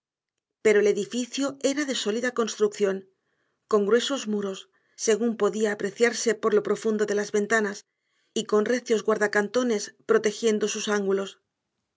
pero el edificio era de sólida construcción con gruesos muros según podía apreciarse por lo profundo de las ventanas y con recios guardacantones protegiendo sus ángulos